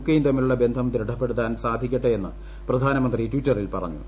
K യും തമ്മിലുള്ള ബന്ധം ദൃഢപ്പെടുത്താൻ സാധിക്ക ട്ടെയെന്ന് പ്രധാനമന്ത്രി ടിറ്റവിൽ പറഞ്ഞു